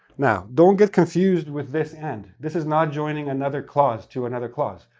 now, don't get confused with this and. this is not joining another clause to another clause.